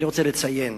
אני רוצה לציין